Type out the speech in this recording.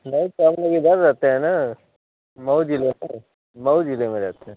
नहीं हमलोग इधर रहते हैं ना मऊ ज़िले में मऊ ज़िले में रहते हैं